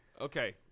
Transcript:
Okay